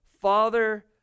Father